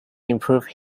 improved